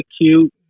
cute